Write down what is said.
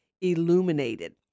illuminated